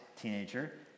teenager